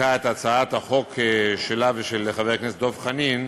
נימקה את הצעת החוק שלה ושל חבר הכנסת דב חנין,